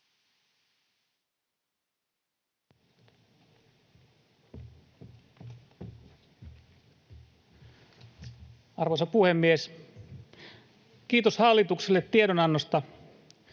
Arvoisa puhemies! Kiitos hallitukselle tiedonannosta.